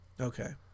Okay